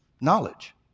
Knowledge